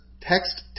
text